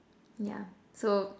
yeah so